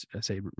say